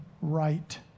right